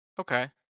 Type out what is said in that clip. Okay